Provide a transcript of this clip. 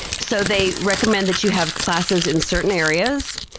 so they recommend that you have classes in certain areas,